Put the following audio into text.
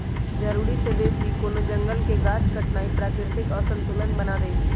जरूरी से बेशी कोनो जंगल के गाछ काटनाइ प्राकृतिक असंतुलन बना देइछइ